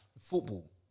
football